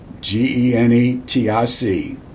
G-E-N-E-T-I-C